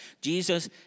Jesus